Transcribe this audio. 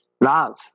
love